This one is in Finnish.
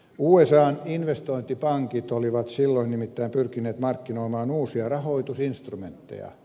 usan investointipankit olivat silloin nimittäin pyrkineet markkinoimaan uusia rahoitusinstrumentteja